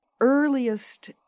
earliest